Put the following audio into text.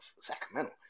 Sacramento